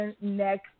next